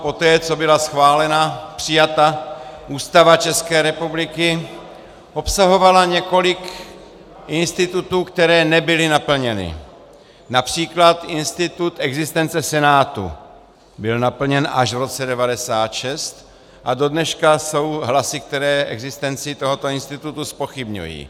Poté, co byla schválena a přijata Ústava České republiky, obsahovala několik institutů, které nebyly naplněny, například institut existence Senátu byl naplněn až v roce 1996 a dodneška jsou hlasy, které existenci tohoto institutu zpochybňují.